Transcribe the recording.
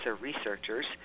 researchers